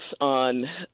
on